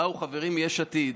באו חברים מיש עתיד.